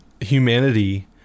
humanity